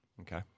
Okay